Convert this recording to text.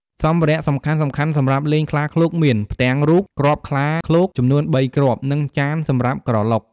សម្ភារៈសំខាន់ៗសម្រាប់លេងខ្លាឃ្លោកមាន ផ្ទាំងរូប គ្រាប់ខ្លាឃ្លោកចំនួនបីគ្រាប់ និងចានសម្រាប់ក្រឡុក។